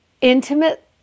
intimate